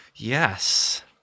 Yes